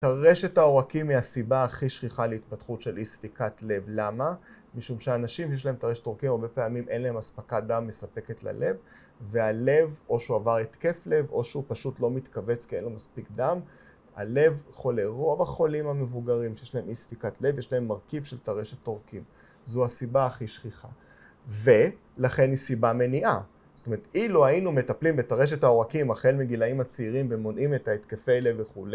טרשת העורקים היא הסיבה הכי שכיחה להתפתחות של אי ספיקת לב. למה? משום שאנשים שיש להם טרשת עורקים הרבה פעמים אין להם אספקת דם מספקת ללב, והלב, או שהוא עבר התקף לב, או שהוא פשוט לא מתכווץ כי אין לו מספיק דם, הלב חולה, רוב החולים המבוגרים שיש להם אי ספיקת לב, יש להם מרכיב של טרשת עורקים. זו הסיבה הכי שכיחה, ו... לכן היא סיבה מניעה. זאת אומרת, אילו היינו מטפלים בטרשת העורקים החל מגילאים הצעירים, ומונעים את ההתקפי לב וכולי...